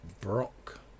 Brock